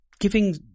giving